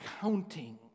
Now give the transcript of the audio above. counting